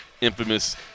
infamous